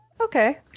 Okay